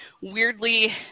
weirdly